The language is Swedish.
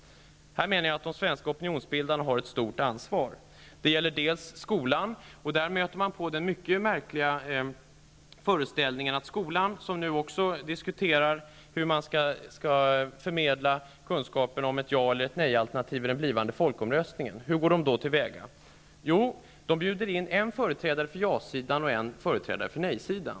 Jag menar att de svenska opinionsbildarna har ett stort ansvar i detta sammanhang. Detta gäller t.ex. när man i skolan diskuterar hur kunskapen angående ett jaeller ett nej-alternativ inför den kommande folkomröstningen skall förmedlas. Hur går man då till väga i skolan? Jo, man bjuder in en företrädare för ja-sidan och en för nej-sidan.